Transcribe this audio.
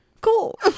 cool